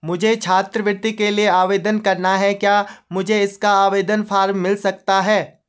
मुझे छात्रवृत्ति के लिए आवेदन करना है क्या मुझे इसका आवेदन फॉर्म मिल सकता है?